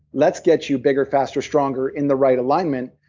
let's get you bigger, faster, stronger in the right alignment,